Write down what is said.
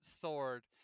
sword